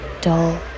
Dull